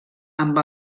amb